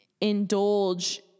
indulge